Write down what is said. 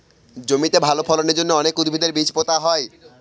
জমিতে ভালো ফলনের জন্য অনেক উদ্ভিদের বীজ পোতা হয়